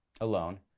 alone